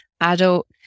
adult